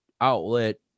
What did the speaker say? outlet